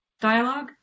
dialogue